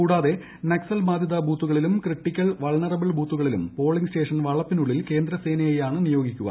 കൂടാതെ നക്സൽ ബാധിത ബുത്തുകളിലും ക്രിട്ടിക്കൽ വൾനറബിൾ ബൂത്തുകളിലും പോളിംഗ് സ്റ്റേഷൻ വളപ്പിനുള്ളിൽ കേന്ദ്രസേനയെയാണ് നിയോഗിക്കുക